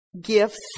gifts